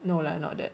no lah not that